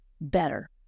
better